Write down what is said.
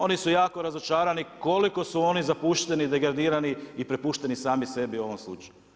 Oni su jako razočarani, koliko su oni zapušteni, degradirani i prepušteni sami sebi u ovom slučaju.